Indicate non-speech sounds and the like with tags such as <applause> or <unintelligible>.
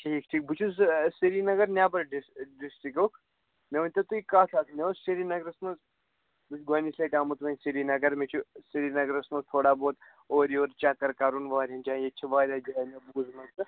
ٹھیٖک ٹھیٖک بہٕ چھُس سِری نگر نیٚبَر ڈِسٹٕرکُک مےٚ ؤنۍتَو تُہۍ کَتھ اَکھ مےٚ اوس سِری نگرس منٛز بہٕ چھُس گۄڈنِچہِ لَٹہِ آمُت وۅنۍ سِری نگر مےٚ چھِ سِری نگرَس منٛز تھوڑا بہت اورٕ یور چَکر کَرُن واریاہَن جایَن ییٚتہِ چھِ واریاہ جایہِ مےٚ بوٗز <unintelligible>